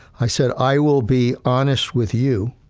i said, i will be honest with you,